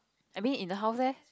I mean in the house leh